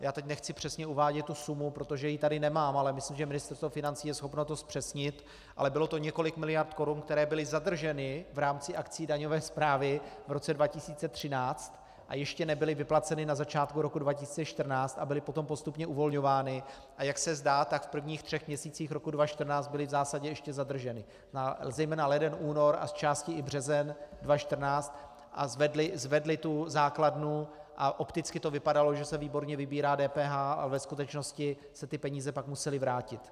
Já teď nechci přesně uvádět tu sumu, protože ji tady nemám, ale myslím, že Ministerstvo financí je schopno to zpřesnit, ale bylo to několik miliard korun, které byly zadrženy v rámci akcí daňové správy v roce 2013 a ještě nebyly vyplaceny na začátku roku 2014 a byly potom postupně uvolňovány, a jak se zdá, tak v prvních třech měsících roku 2014 byly v zásadě ještě zadrženy, to znamená, zejména leden, únor a zčásti i březen 2014, a zvedly tu základnu a opticky to vypadalo, že se výborně vybírá DPH, ale ve skutečnosti se ty peníze pak musely vrátit.